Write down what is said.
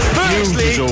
firstly